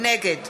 נגד